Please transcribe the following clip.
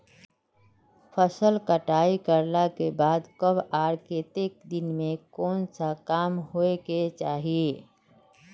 फसल कटाई करला के बाद कब आर केते दिन में कोन सा काम होय के चाहिए?